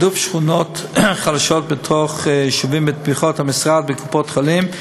תעדוף שכונות בתוך יישובים בתמיכות המשרד בקופות-חולים,